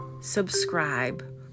subscribe